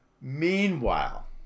Meanwhile